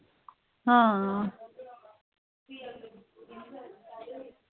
हां